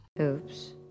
Oops